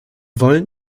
wollen